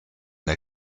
der